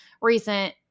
recent